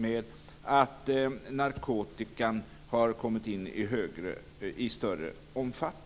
med att narkotikan har kommit in i större omfattning.